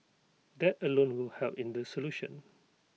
that alone will help in the solution